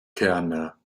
kerne